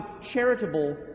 charitable